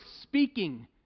speaking